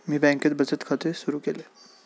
मी बँकेत बचत खाते सुरु केले